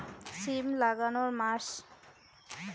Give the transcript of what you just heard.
সিম লাগানোর মাস?